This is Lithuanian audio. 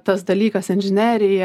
tas dalykas inžinerija